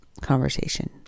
conversation